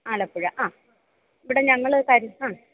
ആലപ്പുഴ ആ ഇവിടെ ഞങ്ങൾ തരിശാണ്